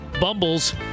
Bumbles